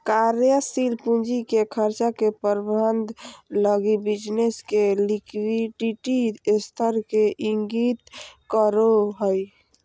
कार्यशील पूंजी के खर्चा के प्रबंधन लगी बिज़नेस के लिक्विडिटी स्तर के इंगित करो हइ